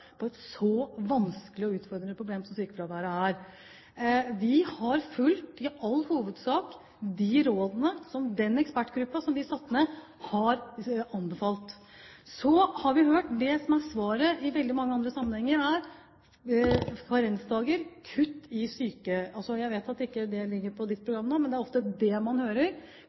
på et så vanskelig og utfordrende problem som sykefraværet er. Vi har i all hovedsak fulgt de rådene som ekspertgruppen som vi satte ned, har anbefalt. Så har vi hørt det som er svaret i veldig mange andre sammenhenger: karensdager og kutt i adgangen til sykefravær – jeg vet at det ikke ligger i representantens program nå, men det er ofte det man hører